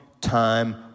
time